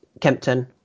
Kempton